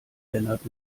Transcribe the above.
lennart